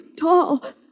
tall